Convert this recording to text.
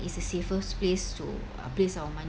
it's a safest place to uh place our